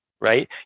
Right